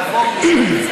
הרפורמים,